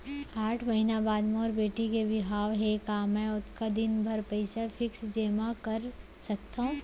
आठ महीना बाद मोर बेटी के बिहाव हे का मैं ओतका दिन भर पइसा फिक्स जेमा कर सकथव?